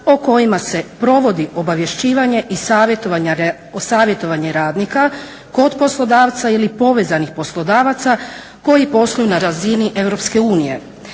o kojima se provodi obavješćivanje i savjetovanje radnika kod poslodavca ili povezanih poslodavaca koji posluju na razini EU.